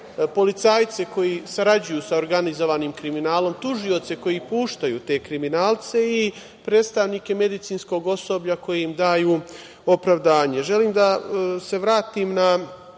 policajce koji sarađuju sa organizovanim kriminalom, tužioce koji puštaju te kriminalce i predstavnike medicinskog osoblja koji im daju opravdanje. Želim da se vratim na